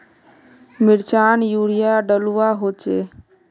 मिर्चान यूरिया डलुआ होचे?